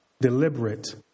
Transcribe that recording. deliberate